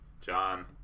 John